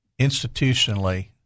institutionally